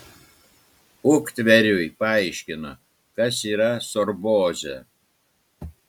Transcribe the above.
uktveriui paaiškino kas yra sorbozė